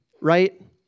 right